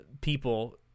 people